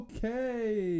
Okay